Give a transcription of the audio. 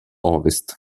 ovest